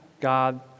God